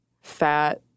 Fat